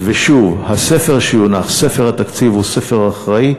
ושוב, הספר שיונח, ספר התקציב, הוא ספר אחראי,